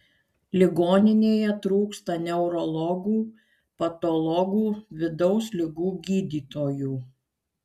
ligoninėje trūksta neurologų patologų vidaus ligų gydytojų